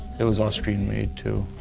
it was austrian made too.